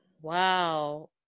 Wow